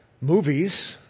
movies